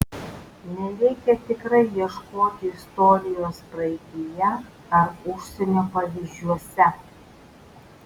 nereikia tikrai ieškoti istorijos praeityje ar užsienio pavyzdžiuose